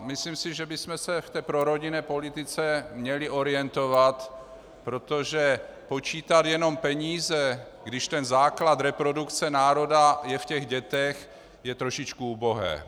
Myslím si, že bychom se v té prorodinné politice měli orientovat, protože počítat jenom peníze, když ten základ reprodukce národa je v dětech, je trošičku ubohé.